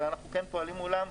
אבל אנחנו כן פועלים מולם,